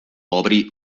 obrí